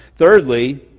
Thirdly